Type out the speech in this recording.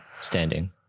standing